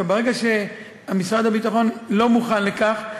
ברגע שמשרד הביטחון לא מוכן לכך,